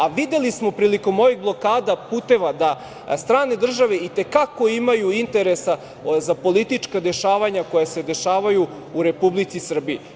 A videli smo prilikom ovih blokada puteva da strane države i te kako imaju interesa za politička dešavanja koja se dešavaju u Republici Srbiji.